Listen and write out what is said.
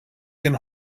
can